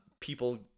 People